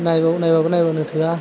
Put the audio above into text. नायल' नायबाबो नायबानो थोआ